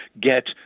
get